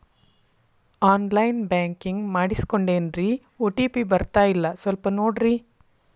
on line banking ಮಾಡಿಸ್ಕೊಂಡೇನ್ರಿ OTP ಬರ್ತಾಯಿಲ್ಲ ಸ್ವಲ್ಪ ನೋಡ್ರಿ